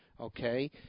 Okay